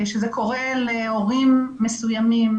שזה קורה להורים מסוימים,